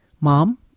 Mom